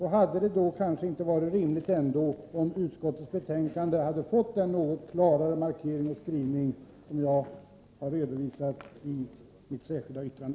Hade det då inte varit rimligt att utskottets betänkande hade fått den något klarare markering och skrivning som jag har redovisat i mitt särskilda yttrande?